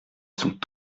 sont